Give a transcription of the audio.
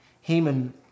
Haman